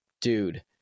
dude